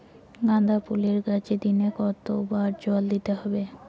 গাদা ফুলের গাছে দিনে কতবার জল দিতে হবে?